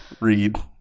read